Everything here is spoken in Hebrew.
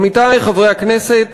עמיתי חברי הכנסת,